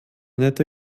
nette